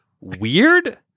weird